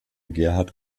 gerhard